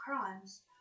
crimes